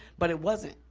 but it wasn't,